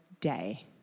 day